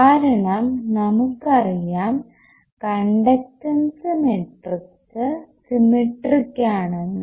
കാരണം നമുക്കറിയാം conductance matrix symmetric ആണെന്ന്